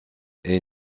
est